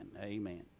Amen